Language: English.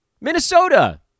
Minnesota